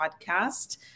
podcast